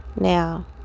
now